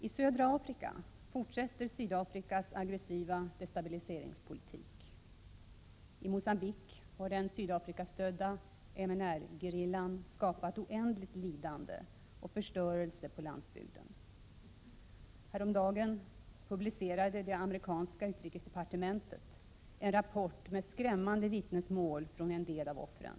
I södra Afrika fortsätter Sydafrikas aggressiva destabiliseringspolitik. I Mogambique har den Sydafrikastödda MNR-gerillan skapat oändligt lidande och förstörelse på landsbygden. Häromdagen publicerade det amerikanska utrikesdepartementet en rapport med skrämmande vittnesmål från en del av offren.